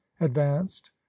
advanced